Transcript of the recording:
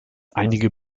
einige